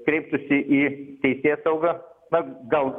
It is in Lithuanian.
kreiptųsi į teisėsaugą pagal